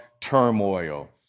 turmoil